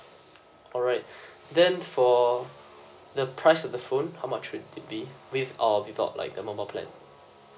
alright then for the price of the phone how much would it be with or without like a mobile plan